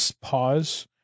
pause